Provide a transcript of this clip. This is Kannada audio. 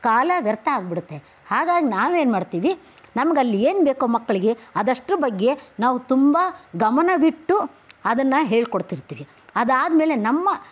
ಕಾಲ ವ್ಯರ್ಥ ಆಗಿಬಿಡುತ್ತೆ ಹಾಗಾಗಿ ನಾವು ಏನು ಮಾಡ್ತೀವಿ ನಮಗಲ್ಲಿ ಏನ್ಬೇಕೋ ಮಕ್ಕಳಿಗೆ ಅದಷ್ಟು ಬಗ್ಗೆ ನಾವು ತುಂಬ ಗಮನವಿಟ್ಟು ಅದನ್ನು ಹೇಳ್ಕೊಡ್ತಿರ್ತೀವಿ ಅದಾದ್ಮೇಲೆ ನಮ್ಮ